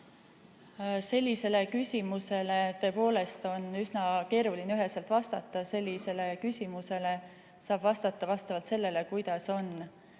Sellisele küsimusele on tõepoolest üsna keeruline üheselt vastata. Sellisele küsimusele saab vastata vastavalt sellele, milline